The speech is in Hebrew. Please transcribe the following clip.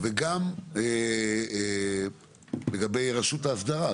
וגם לגבי רשות האסדרה.